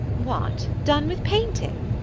what? done with painting?